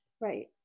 right